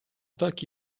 так